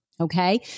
okay